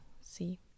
see